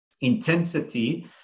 intensity